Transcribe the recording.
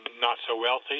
not-so-wealthy